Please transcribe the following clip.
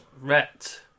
Ret